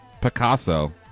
Picasso